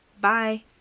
Bye